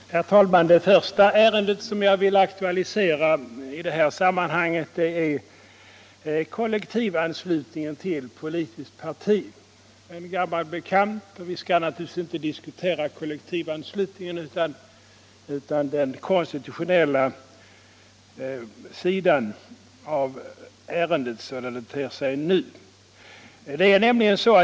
Herr talman! Det första ärende som jag vill aktualisera i det här sammanhanget är frågan om kollektivanslutningen till politiskt parti. Det är en gammal bekant, och vi skall naturligtvis nu inte diskutera kollektivanslutningen utan den konstitutionella sidan av ärendet, sådant det ter sig nu.